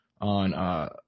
on –